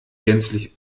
gänzlich